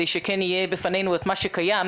שיש כדי שכן יהיה בפנינו את מה שקיים.